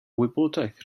wybodaeth